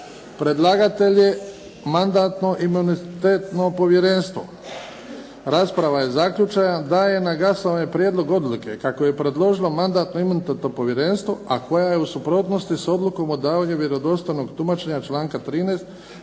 prijedlog odluke mandatno imunitetnog povjerenstva?